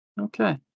okay